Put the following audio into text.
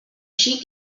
xic